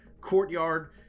courtyard